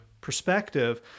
perspective